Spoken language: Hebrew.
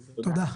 תודה.